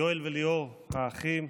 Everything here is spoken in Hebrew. יואל וליאור האחים,